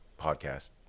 podcast